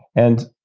and,